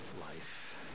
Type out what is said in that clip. life